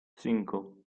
cinco